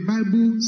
Bible